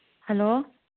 hello